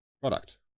product